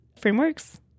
frameworks